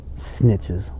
snitches